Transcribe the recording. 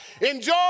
enjoy